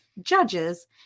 judges